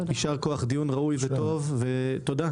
מעשה והרוחב שלה.